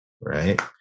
right